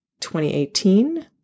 2018